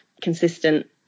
consistent